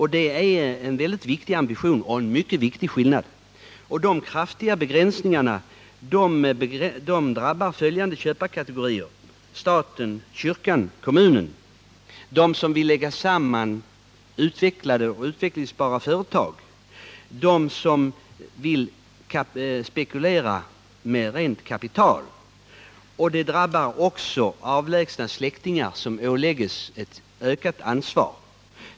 Här finns en mycket viktig ambition och en mycket viktig skillnad. De kraftiga begränsningarna drabbar följande köparkategorier: staten, kyrkan, kommunen, de som vill lägga samman utvecklade och utvecklingsbara företag, de som vill spekulera med rent kapital. Begränsningarna drabbar också avlägsna släktingar, som åläggs ett ökat ansvar.